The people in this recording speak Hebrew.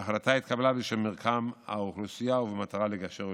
וההחלטה התקבלה בשל מרקם האוכלוסייה ובמטרה לגשר ולחבר.